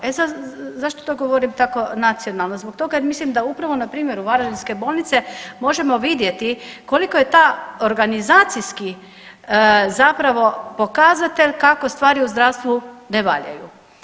E sad, zašto to govorim tako nacionalno, zbog toga jer mislim da upravo na primjeru varaždinske bolnice možemo vidjeti koliko je ta organizacijski zapravo pokazatelj kako stvari u zdravstvu ne valjaju.